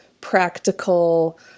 practical